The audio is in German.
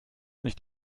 nicht